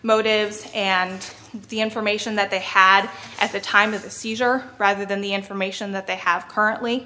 motives and the information that they had at the time of the seizure rather than the information that they have currently